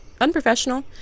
unprofessional